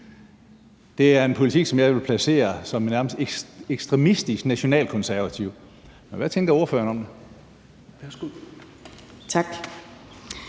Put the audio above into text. Det er en politik, som jeg vil kalde nærmest ekstremistisk nationalkonservativ, men hvad tænker ordføreren om det? Kl.